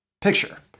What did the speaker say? picture